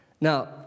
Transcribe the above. Now